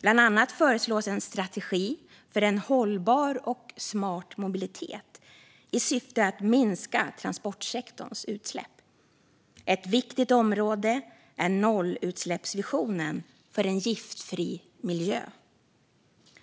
Bland annat föreslås en strategi för en hållbar och smart mobilitet i syfte att minska transportsektorns utsläpp. Ett viktigt område är nollutsläppsvisionen för en giftfri miljö.